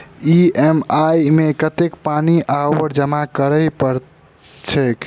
EMI मे कतेक पानि आओर जमा करबाक छैक?